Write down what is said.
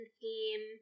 theme